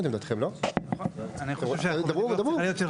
זאת אומרת, לא בדקתי; אני מכיר סעיפי דיווח של